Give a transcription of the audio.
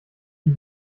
die